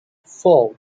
four